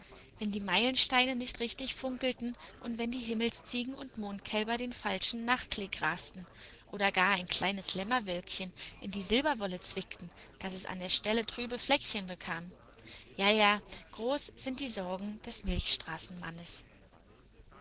wenn die meilensteine nicht richtig funkelten und wenn die himmelsziegen und mondkälber den falschen nachtklee grasten oder gar ein kleines lämmerwölkchen in die silberwolle zwickten daß es an der stelle trübe fleckchen bekam jaja groß sind die sorgen des